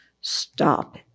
stop